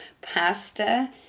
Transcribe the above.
pasta